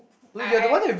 I I